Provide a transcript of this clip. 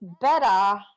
better